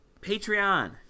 Patreon